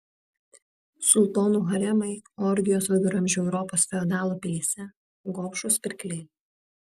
sultonų haremai orgijos viduramžių europos feodalų pilyse gobšūs pirkliai